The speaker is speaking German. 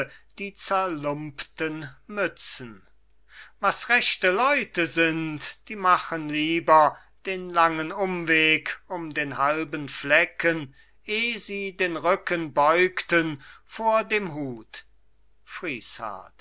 die zerlumpten mützen was rechte leute sind die machen lieber den langen umweg um den halben flecken eh sie den rücken beugten vor dem hut